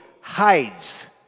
hides